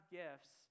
gifts